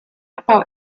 abbau